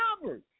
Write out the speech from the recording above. numbers